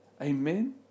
Amen